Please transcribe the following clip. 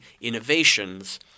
innovations